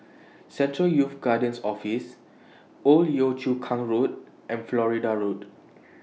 Central Youth Guidance Office Old Yio Chu Kang Road and Florida Road